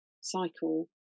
cycle